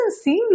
seem